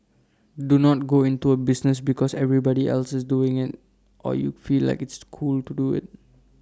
do not go into A business because everybody else is doing IT or you feel like it's cool to do IT